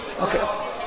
Okay